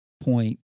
point